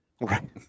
Right